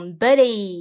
buddy